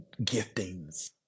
giftings